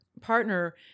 partner